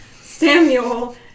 Samuel